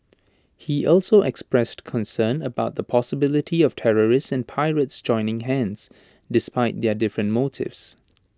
he also expressed concern about the possibility of terrorists and pirates joining hands despite their different motives